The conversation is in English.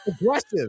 aggressive